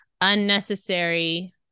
unnecessary